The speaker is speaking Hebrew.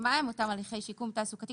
מה הם אותם הליכי שיקום תעסוקתי.